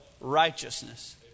righteousness